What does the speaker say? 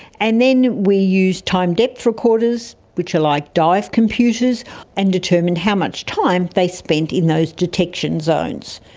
and then we used time depth recorders, which are like dive computers and determined how much time they spent in those detection zones.